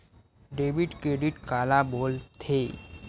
Debit credit काला बोल थे?